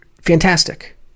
Fantastic